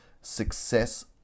success